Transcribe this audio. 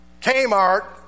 Kmart